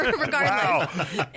Regardless